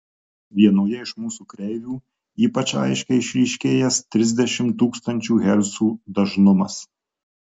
vienoje iš mūsų kreivių ypač aiškiai išryškėjęs trisdešimt tūkstančių hercų dažnumas